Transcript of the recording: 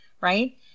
right